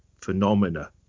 phenomena